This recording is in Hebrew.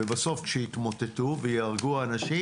ובסוף כשיתמוטטו ויהרגו אנשים?